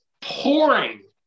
pouring